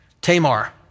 Tamar